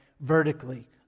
vertically